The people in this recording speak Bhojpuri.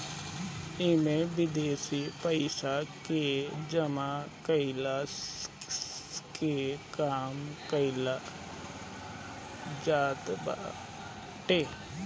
इमे विदेशी पइसा के जमा कईला के काम कईल जात बाटे